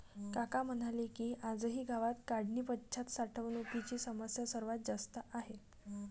काका म्हणाले की, आजही गावात काढणीपश्चात साठवणुकीची समस्या सर्वात जास्त आहे